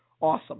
Awesome